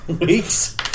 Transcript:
weeks